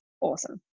awesome